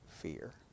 fear